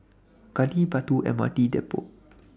Gali Batu MRT Depot